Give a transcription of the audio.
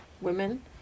women